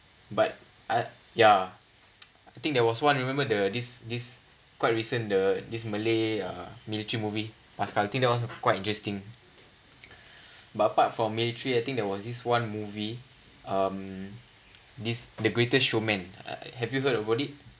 but I ya I think there was one remember the this this quite recent the this malay uh military movie paskal I think that was quite interesting but apart from military I think there was this one movie um this the greatest showman uh have you heard about it